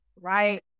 right